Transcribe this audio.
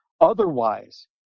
Otherwise